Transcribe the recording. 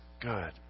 Good